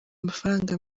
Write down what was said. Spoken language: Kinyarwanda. amafaranga